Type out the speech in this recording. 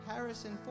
Harrison